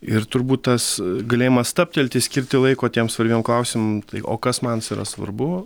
ir turbūt tas galėjimas stabtelti skirti laiko tiem svarbiem klausimam o kas mans yra svarbu